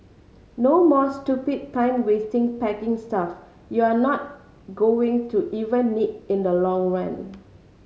no more stupid time wasting packing stuff you're not going to even need in the long run